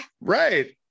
Right